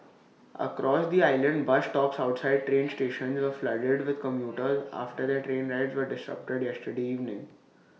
across the island bus stops outside train stations were flooded with commuters after their train rides were disrupted yesterday evening